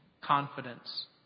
confidence